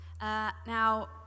now